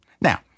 Now